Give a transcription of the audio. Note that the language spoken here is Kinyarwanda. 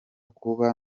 kuba